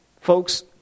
folks